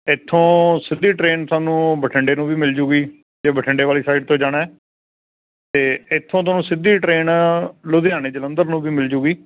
ਐਥੋਂ ਸਿੱਧੀ ਟਰੇਨ ਤੁਹਾਨੂੰ ਬਠਿੰਡੇ ਨੂੰ ਵੀ ਮਿਲ ਜੂਗੀ ਅਤੇ ਬਠਿੰਡੇ ਵਾਲੀ ਸਾਈਡ ਤੋਂ ਜਾਣਾ ਅਤੇ ਇੱਥੋਂ ਤੁਹਾਨੂੰ ਸਿੱਧੀ ਟਰੇਨ ਲੁਧਿਆਣੇ ਜਲੰਧਰ ਨੂੰ ਵੀ ਮਿਲ ਜੂਗੀ